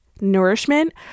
nourishment